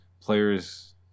players